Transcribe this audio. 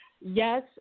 Yes